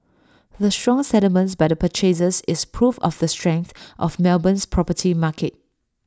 the strong settlements by the purchasers is proof of the strength of Melbourne's property market